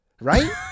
right